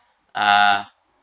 uh